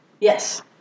Yes